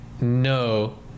No